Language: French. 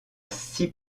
six